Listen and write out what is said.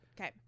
Okay